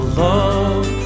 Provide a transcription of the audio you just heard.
love